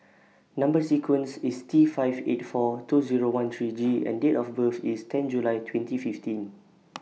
Number sequence IS T five eight four two Zero one three G and Date of birth IS ten July twenty fifteen